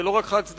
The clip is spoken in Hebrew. זה לא רק חד-צדדי,